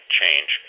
change